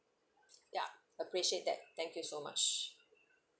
ya appreciate that thank you so much